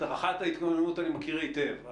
את רח"ט ההתגוננות אני מכיר היטב,